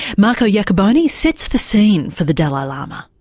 marco iacoboni sets the scene for the dalai lama.